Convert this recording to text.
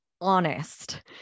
honest